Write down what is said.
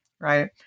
Right